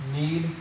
need